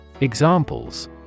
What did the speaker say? Examples